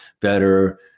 better